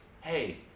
hey